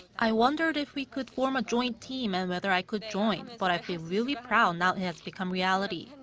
i wondered if we could form a joint team and whether i could join, but i feel really proud now it has become reality. and